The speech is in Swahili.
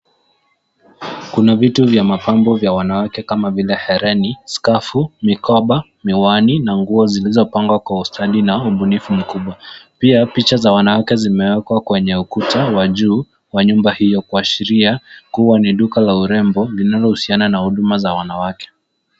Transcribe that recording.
Kuna vitu vya mapambo vya wanawake kama vile hereni, skafu, mikoba, miwani na nguo zilizopangwa kwa ustadi na ubunifu mkubwa. Pia picha za wanawake zimeekwa kwenye ukuta wa juu wa nyumba hio kuashiria kuwa ni duka la urembo linalohusiana na huduma za wanawake.